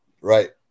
right